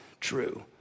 true